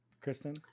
Kristen